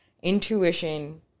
intuition